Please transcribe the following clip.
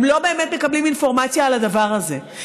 הם לא באמת מקבלים אינפורמציה על הדבר הזה,